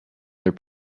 their